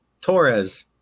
Torres